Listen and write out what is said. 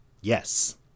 Yes